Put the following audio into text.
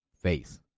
face